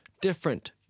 Different